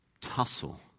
tussle